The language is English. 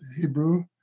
Hebrew